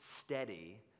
steady